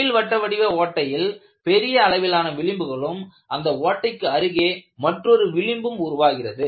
நீள்வட்ட வடிவ ஓட்டையில் பெரிய அளவிலான விளிம்புகளும் அந்த ஓட்டைக்கு அருகே மற்றொரு விளிம்பும் உருவாகிறது